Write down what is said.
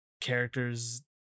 characters